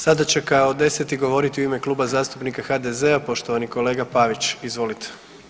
Sada će kao deseti govoriti u ime Kluba zastupnika HDZ-a poštovani kolega Pavić, izvolite.